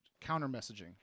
counter-messaging